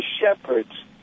shepherds